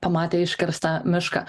pamatę iškirstą mišką